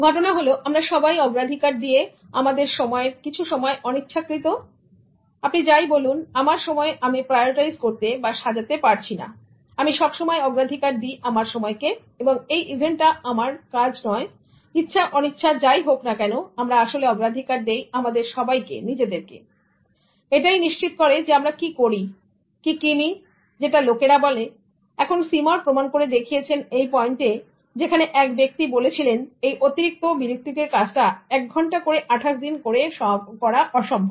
ঘটনা হল আমরা সবাই অগ্রাধিকার দিয়ে আমাদের সময় এর কিছু সময় অনিচ্ছাকৃত সুতরাং আপনি যাই বলুন আমার সময়ে আমি prioritize করতে বা সাজাতে পারছিনা আমি সবসময় অগ্রাধিকার দি আমার সময়কে এবং এই ইভেন্টটা আমার আমার কাজ নয় ইচ্ছা অনিচ্ছা যাই হোক না কেন আমরা আসলে অগ্রাধিকার দেই আমাদের সবাইকে এবং এটাই নিশ্চিত করে আমরা কি করি কিনি না যেটা লোকেরা বলে এখন Seymour প্রমাণ করে দেখিয়েছেন এই পয়েন্টে যেখানে এক ব্যক্তি বলেছিলেন এই অতিরিক্ত বিরক্তিকর কাজটা এক ঘন্টা করে 28 দিনে করা অসম্ভব